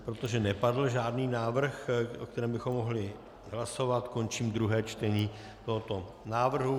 Protože nepadl žádný návrh, o kterém bychom mohli hlasovat, končím druhé čtení tohoto návrhu.